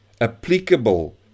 applicable